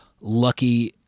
Lucky